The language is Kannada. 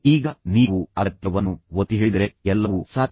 ಈಗ ನೀವು ಅಗತ್ಯವನ್ನು ಒತ್ತಿಹೇಳಿದರೆ ಎಲ್ಲವೂ ಸಾಧ್ಯ